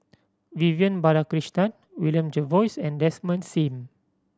Vivian Balakrishnan William Jervois and Desmond Sim